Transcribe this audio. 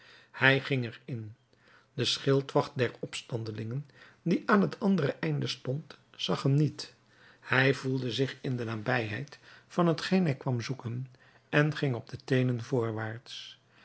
hij ging er in de schildwacht der opstandelingen die aan het andere einde stond zag hem niet hij voelde zich in de nabijheid van hetgeen hij kwam zoeken en ging op de teenen voorwaarts